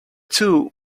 two